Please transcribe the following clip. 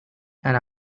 and